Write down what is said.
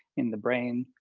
in the brain.